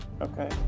Okay